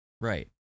Right